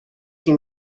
can